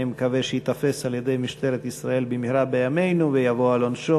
אני מקווה שייתפס על-ידי משטרת ישראל במהרה בימינו ויבוא על עונשו,